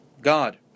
God